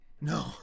no